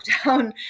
lockdown